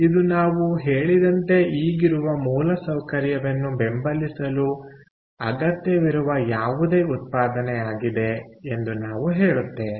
ಇದು ನಾವು ಹೇಳಿದಂತೆ ಈಗಿರುವ ಮೂಲಸೌಕರ್ಯವನ್ನು ಬೆಂಬಲಿಸಲು ಅಗತ್ಯವಿರುವ ಯಾವುದೇ ಉತ್ಪಾದನೆ ಆಗಿದೆ ಎಂದು ನಾವು ಹೇಳುತ್ತೇವೆ